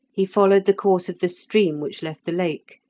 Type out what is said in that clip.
he followed the course of the stream which left the lake,